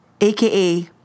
AKA